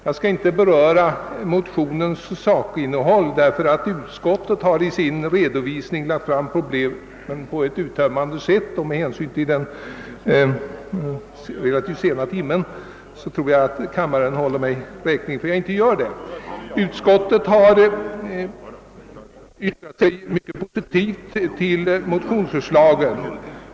Jag skall inte beröra motionens sakinnehåll, därför att utskottet har i sin redovisning lagt fram problemen på ett uttömmande sätt, och med hänsyn till den relativt sena timmen tror jag att kammaren håller mig räkning för att jag inte gör det. Utskottet har uttalat sig mycket positivt om motionsförslaget.